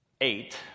eight